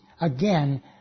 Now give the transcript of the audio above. again